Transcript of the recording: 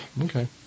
Okay